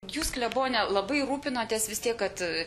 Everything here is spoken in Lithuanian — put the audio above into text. jūs klebone labai rūpinatės vis tiek kad